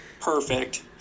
perfect